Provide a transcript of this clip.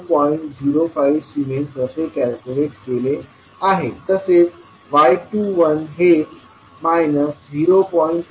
05 siemens असे calculate केले आहे तसेच y21हे 0